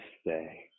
stay